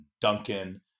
Duncan